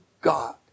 God